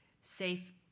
safe